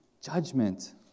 judgment